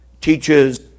teaches